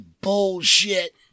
bullshit